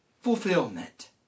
fulfillment